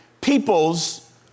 people's